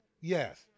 Yes